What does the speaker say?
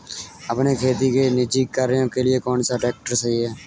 अपने खेती के निजी कार्यों के लिए कौन सा ट्रैक्टर सही है?